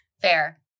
Fair